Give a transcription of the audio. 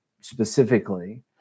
specifically